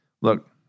look